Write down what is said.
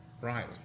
Right